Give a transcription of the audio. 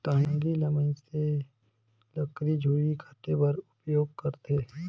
टागी ल मइनसे लकरी झूरी काटे बर उपियोग करथे